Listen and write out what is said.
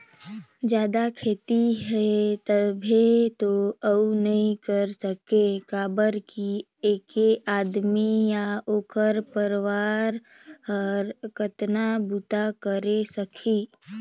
जादा खेती हे तभे तो अउ नइ कर सके काबर कि ऐके आदमी य ओखर परवार हर कतना बूता करे सकही